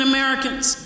Americans